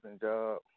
job